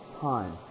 time